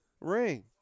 ring